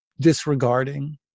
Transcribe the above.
disregarding